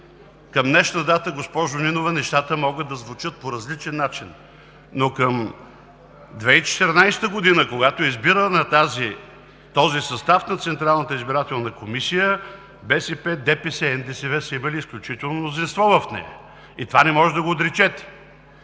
към днешна дата, госпожо Нинова, нещата могат да звучат по различен начин, но към 2014 г., когато е избиран този състав на Централната избирателна комисия, БСП, ДПС, НДСВ са имали изключително мнозинство в нея и това не може да го отречете.